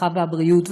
הרווחה והבריאות,